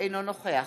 אינו נוכח